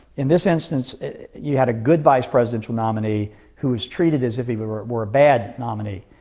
in this instance you had a good vice presidential nominee who was treated as if he were were a bad nominee.